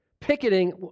Picketing